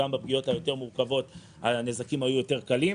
גם בפגיעות היותר מורכבות הנזקים היו יותר קלים